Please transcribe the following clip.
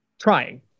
trying